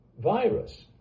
virus